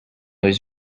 was